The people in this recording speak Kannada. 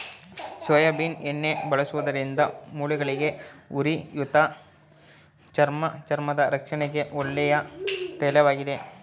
ಸೋಯಾಬೀನ್ ಎಣ್ಣೆ ಬಳಸುವುದರಿಂದ ಮೂಳೆಗಳಿಗೆ, ಉರಿಯೂತ, ಚರ್ಮ ಚರ್ಮದ ರಕ್ಷಣೆಗೆ ಒಳ್ಳೆಯ ತೈಲವಾಗಿದೆ